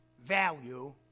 value